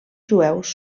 jueus